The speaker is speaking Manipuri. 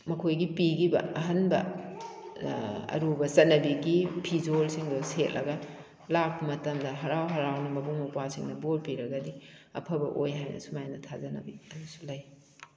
ꯃꯈꯣꯏꯒꯤ ꯄꯤꯈꯤꯕ ꯑꯍꯟꯕ ꯑꯔꯨꯕ ꯆꯠꯅꯕꯤꯒꯤ ꯐꯤꯖꯣꯜꯁꯤꯡꯗꯣ ꯁꯦꯠꯂꯒ ꯂꯥꯛꯄ ꯃꯇꯝꯗ ꯍꯔꯥꯎ ꯍꯔꯥꯎꯅ ꯃꯕꯨꯡ ꯃꯧꯄ꯭ꯋꯥꯁꯤꯡꯅ ꯕꯣꯔ ꯄꯤꯔꯒꯗꯤ ꯑꯐꯕ ꯑꯣꯏ ꯍꯥꯏꯅ ꯁꯨꯃꯥꯏꯅ ꯊꯥꯖꯅꯕꯤ ꯑꯃꯁꯨ ꯂꯩ